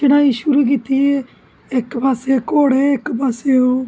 चढ़ाई शुरु कीती इक पास्सै घोडे़ इक पास्सै लोक